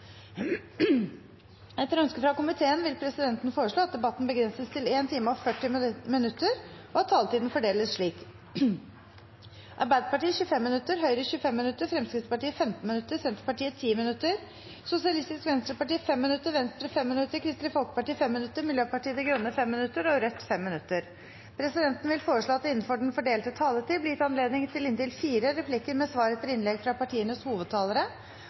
Etter ønske fra kommunal- og forvaltningskomiteen vil presidenten foreslå at debatten begrenses til 1 time og 40 minutter, og at taletiden fordeles slik: Arbeiderpartiet 25 minutter, Høyre 25 minutter, Fremskrittspartiet 15 minutter, Senterpartiet 10 minutter, Sosialistisk Venstreparti 5 minutter, Venstre 5 minutter, Kristelig Folkeparti 5 minutter, Miljøpartiet De Grønne 5 minutter og Rødt 5 minutter. Presidenten vil foreslå at det – innenfor den fordelte taletid – blir gitt anledning til inntil seks replikker med svar etter innlegg fra